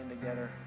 together